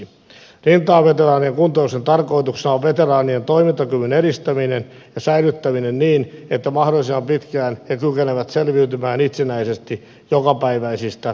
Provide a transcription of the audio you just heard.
rintamaveteraanien kuntoutuksen tarkoituksena on veteraanien toimintakyvyn edistäminen ja säilyttäminen niin että mahdollisimman pitkään he kykenevät selviytymään itsenäisesti jokapäiväisistä toiminnoistaan